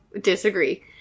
disagree